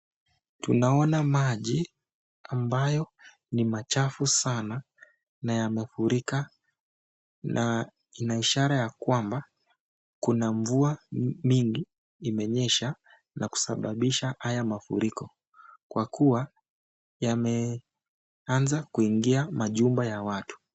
Tunaona maji ambayo ni machafu sana na yamefurika na ina ishara ya kwamba kuna mvua mingi imenyesha na kusababisha haya mafuriko kwa kuwa yameanza kuingia majumba ya watu.